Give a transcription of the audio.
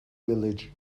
village